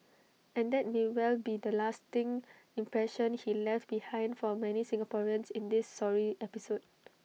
and that may well be the lasting impression he left behind for many Singaporeans in this sorry episode